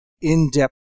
in-depth